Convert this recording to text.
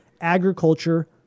agriculture